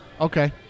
Okay